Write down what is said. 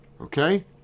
okay